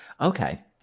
Okay